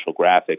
graphics